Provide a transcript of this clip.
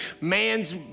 man's